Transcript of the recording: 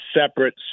separate